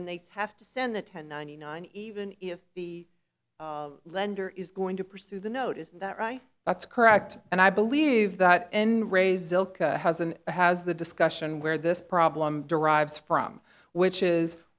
then they have to send the ten ninety nine even if the lender is going to pursue the note is that right that's correct and i believe that in raising has the discussion where this problem derives from which is